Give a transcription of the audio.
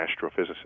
Astrophysicist